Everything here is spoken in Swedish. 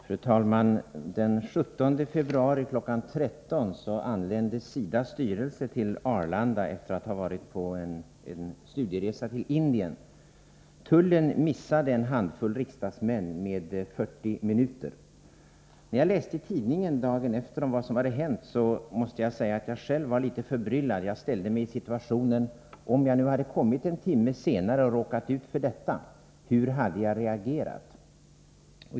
Fru talman! Den 17 februari kl. 13.00 anlände SIDA:s styrelse till Arlanda efter att ha varit på en studieresa till Indien. Tullen missade en handfull riksdagsmän med 40 minuter. Jag måste säga att när jag läste i tidningen dagen efter om vad som hade hänt blev jag själv litet förbryllad. Jag tänkte mig in i situationen: Om jag nu hade kommit en timme senare och råkat ut för detta, hur hade jag reagerat?